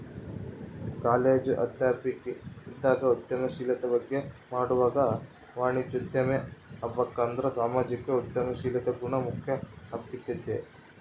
college ಅಧ್ಯಾಪಕಿ ಇದ್ದಾಗ ಉದ್ಯಮಶೀಲತೆ ಬಗ್ಗೆ ಮಾಡ್ವಾಗ ವಾಣಿಜ್ಯೋದ್ಯಮಿ ಆಬಕಂದ್ರ ಸಾಮಾಜಿಕ ಉದ್ಯಮಶೀಲತೆ ಗುಣ ಮುಖ್ಯ ಅಂಬ್ತಿದ್ದೆ